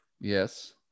Yes